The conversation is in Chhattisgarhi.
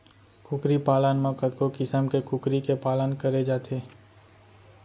कुकरी पालन म कतको किसम के कुकरी के पालन करे जाथे